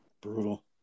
Brutal